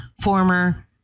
former